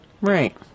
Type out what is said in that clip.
Right